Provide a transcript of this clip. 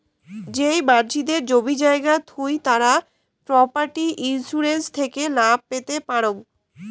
যেই মানসিদের জমি জায়গা থুই তারা প্রপার্টি ইন্সুরেন্স থেকে লাভ পেতে পারাং